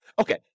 Okay